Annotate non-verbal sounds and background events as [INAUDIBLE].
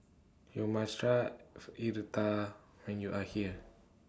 YOU must Try [UNINTELLIGIBLE] when YOU Are here